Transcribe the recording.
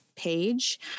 page